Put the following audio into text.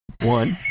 One